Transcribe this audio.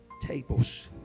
tables